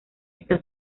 está